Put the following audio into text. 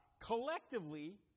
Collectively